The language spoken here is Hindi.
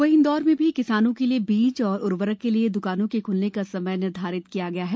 वहीं इंदौर में भी किसानों के लिए बीज और उर्वरक के लिए दुकानों के खुलने का समय निर्धारित किया गया है